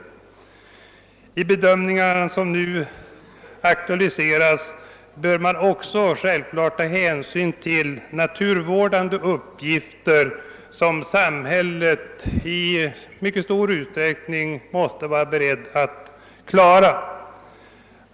I de bedömningar som nu aktualiserats bör man självklart också ta hänsyn till de naturvårdande uppgifter som samhället i mycket stor utsträckning måste vara berett att klara.